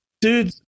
dude